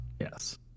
Yes